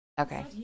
Okay